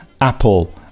Apple